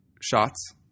shots